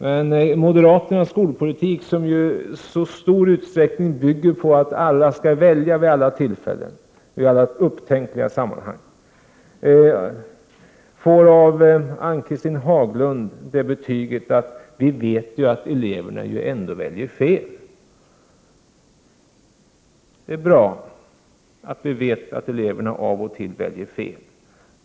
Men moderaternas skolpolitik, som ju i så stor utsträckning bygger på att alla skall välja vid alla tillfällen, i alla upptänkliga sammanhang, får av Ann-Cathrine Haglund betyget att ”vi vet ju att eleverna ändå väljer fel”. Det är bra att vi vet att eleverna av och till väljer fel.